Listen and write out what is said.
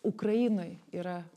ukrainoj yra